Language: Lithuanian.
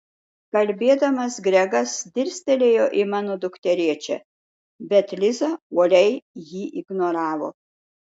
kalbėdamas gregas dirstelėjo į mano dukterėčią bet liza uoliai jį ignoravo